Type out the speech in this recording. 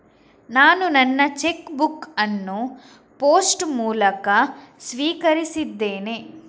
ನಾನು ನನ್ನ cheque book ಅನ್ನು ಪೋಸ್ಟ್ ಮೂಲಕ ಸ್ವೀಕರಿಸಿದ್ದೇನೆ